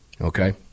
okay